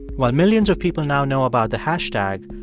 while millions of people now know about the hashtag,